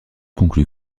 conclut